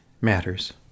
matters